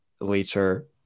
later